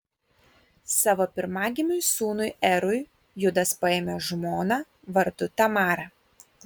savo pirmagimiui sūnui erui judas paėmė žmoną vardu tamara